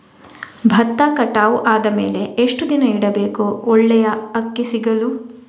ಭತ್ತ ಕಟಾವು ಆದಮೇಲೆ ಎಷ್ಟು ದಿನ ಇಡಬೇಕು ಒಳ್ಳೆಯ ಅಕ್ಕಿ ಸಿಗಲು?